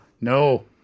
no